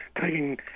taking